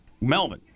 Melvin